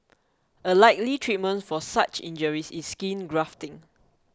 a likely treatment for such injuries is skin grafting